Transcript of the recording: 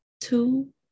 two